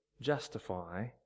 justify